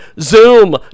Zoom